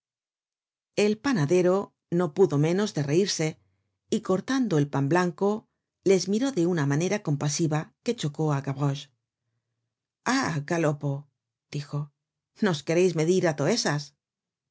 el panadero no pudo menos de reirse y cortando el pan blanco les miró de una manera compasiva que chocó á gavroche ah galopo dijo nos quereis medir á toesas